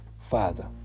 Father